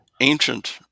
ancient